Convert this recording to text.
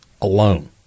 alone